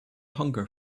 hunger